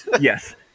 yes